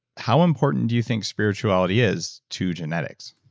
how important do you think spirituality is to genetics?